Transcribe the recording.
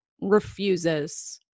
refuses